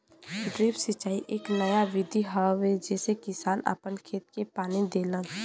drip सिंचाई एक नया विधि हवे जेसे किसान आपन खेत के पानी देलन